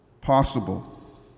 possible